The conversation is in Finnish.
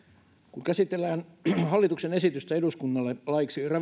kun käsitellään hallituksen esitystä eduskunnalle laiksi